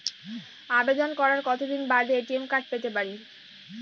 আবেদন করার কতদিন বাদে এ.টি.এম কার্ড পেতে পারি?